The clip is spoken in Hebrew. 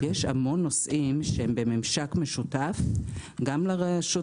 יש המון נושאים שהם בממשק משותף גם לרשות